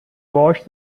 watched